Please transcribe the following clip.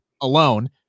alone